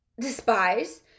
despise